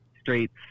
streets